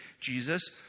Jesus